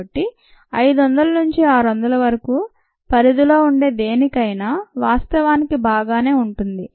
కాబట్టి 500 నుంచి 600 వరకు పరిధిలో ఉండే దేనికైనా వాస్తవానికి బాగానే ఉంటుంది